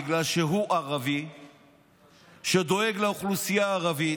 בגלל שהוא ערבי שדואג לאוכלוסייה הערבית,